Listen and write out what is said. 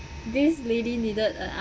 this lady needed a